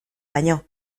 baino